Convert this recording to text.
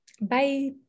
bye